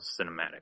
cinematic